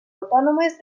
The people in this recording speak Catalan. autònomes